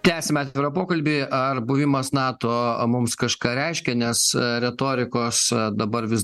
tęsiame atvirą pokalbį ar buvimas nato mums kažką reiškia nes retorikos dabar vis